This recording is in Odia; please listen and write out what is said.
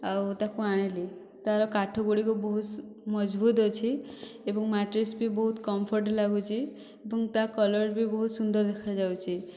ଆଉ ତାକୁ ଆଣିଲି ତାର କାଠ ଗୁଡ଼ିକ ବହୁତ ମଜବୁତ ଅଛି ଏବଂ ମ୍ୟାଟ୍ରେସ୍ ବି ବହୁତ କମଫର୍ଟ ଲାଗୁଛି ଏବଂ ତା କଲର୍ ବି ବହୁତ ସୁନ୍ଦର ଦେଖାଯାଉଛି